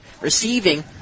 Receiving